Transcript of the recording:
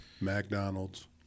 McDonald's